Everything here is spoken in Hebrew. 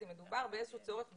אם מדובר באיזשהו צורך בארגון,